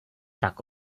tak